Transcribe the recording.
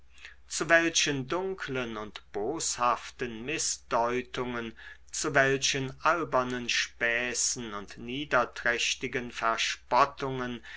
zu welchen dunklen und boshaften mißdeutungen zu welchen albernen späßen und niederträchtigen verspottungen